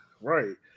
Right